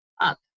up